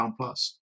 plus